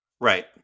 Right